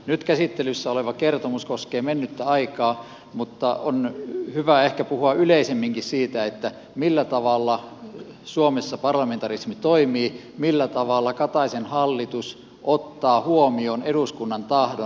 nyt käsittelyssä oleva kertomus koskee mennyttä aikaa mutta on hyvä ehkä puhua yleisemminkin siitä millä tavalla suomessa parlamentarismi toimii millä tavalla kataisen hallitus ottaa huomioon eduskunnan tahdon